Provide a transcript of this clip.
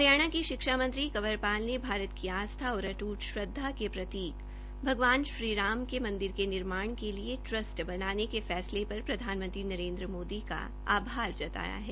हरियाणा के शिक्षा मंत्री कंवरपाल ने भारत की आस्था और अटूट श्रद्वा के प्रतीक भगवान श्री राम के मंदिर के निर्माण के लिए ट्रस्ट बनाने के फैसले पर प्रधानमंत्री नरेन्द्र मोदी का आभार जताया है